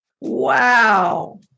Wow